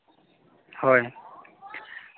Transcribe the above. ᱦᱳᱭ